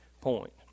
point